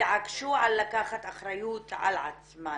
התעקשו לקחת אחריות על עצמן